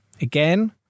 again